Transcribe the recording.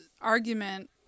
argument